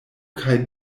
kaj